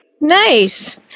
Nice